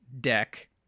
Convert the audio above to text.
deck